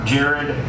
Jared